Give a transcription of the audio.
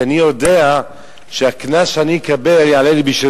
כי אני יודע שהקנס שאני אקבל יעלה לי בשביל